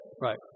Right